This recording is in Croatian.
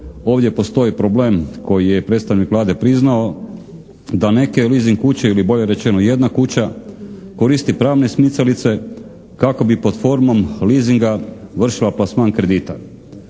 ovdje postoji problem koji je predstavnik Vlade priznao da neke leasing kuće ili bolje rečeno jedna kuća koristi pravne smicalice kako bi pod formom leasinga vršila plasman kredita.